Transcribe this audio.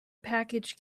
package